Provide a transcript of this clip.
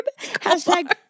Hashtag